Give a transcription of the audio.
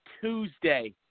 Tuesday